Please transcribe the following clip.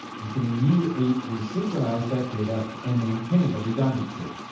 you can immediately resynchronize that data and maintain the redundancy.